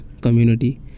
community